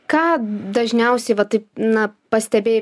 ką dažniausiai va taip na pastebėjai